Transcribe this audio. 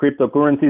cryptocurrencies